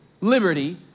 liberty